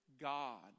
God